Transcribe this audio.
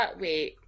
wait